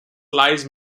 lies